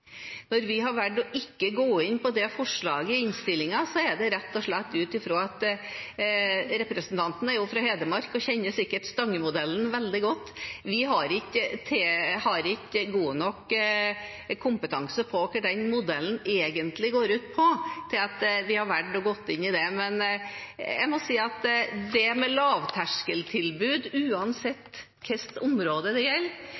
Når vi har valgt å ikke gå inn for det forslaget i innstillingen, er det rett og slett ut fra – representanten er jo fra Hedmark og kjenner sikkert «Stangemodellen» veldig godt – at vi ikke har god nok kompetanse på hva den modellen egentlig går ut på. Men jeg må si at lavterskeltilbud, uansett på hvilket område det